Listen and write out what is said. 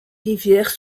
rivières